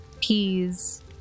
peas